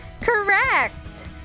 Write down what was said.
correct